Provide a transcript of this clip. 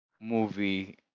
movie